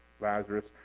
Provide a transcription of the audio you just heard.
Lazarus